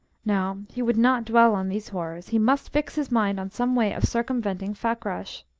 no, he would not dwell on these horrors he must fix his mind on some way of circumventing fakrash.